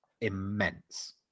immense